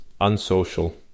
unsocial